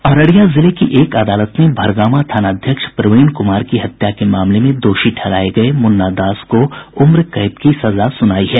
अररिया जिले की एक अदालत ने भरगामा थानाध्यक्ष प्रवीण कुमार की हत्या के मामले में दोषी ठहराये गये मुन्ना दास को उम्र कैद की सजा सुनाई है